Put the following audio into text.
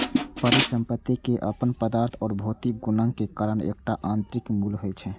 परिसंपत्ति के अपन पदार्थ आ भौतिक गुणक कारण एकटा आंतरिक मूल्य होइ छै